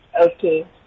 Okay